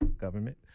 government